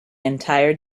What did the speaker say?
entire